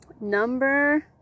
number